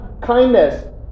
kindness